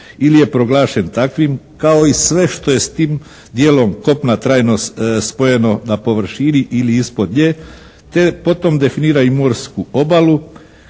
ili je proglašen takvim kao i sve što je s tim dijelom kopna trajno spojeno na površini ili ispod nje, te potom definira i morsku obalu